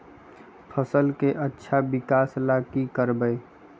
फसल के अच्छा विकास ला की करवाई?